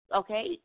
okay